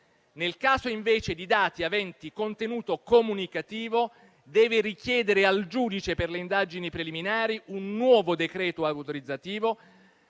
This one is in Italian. Nel caso invece di dati aventi contenuto comunicativo, deve richiedere al giudice per le indagini preliminari un nuovo decreto autorizzativo